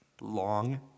Long